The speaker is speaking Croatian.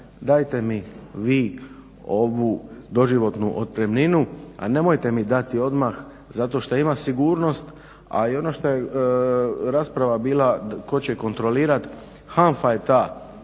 dajte mi vi ovu doživotnu otpremninu a nemojte mi dati odmah zato što ima sigurnost. A i ono što je rasprava bila tko će kontrolirati, HANFA je ta